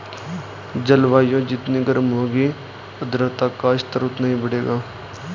जलवायु जितनी गर्म होगी आर्द्रता का स्तर उतना ही बढ़ेगा